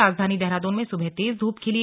राजधानी देहरादून में सुबह तेज धूप खिली